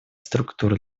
структур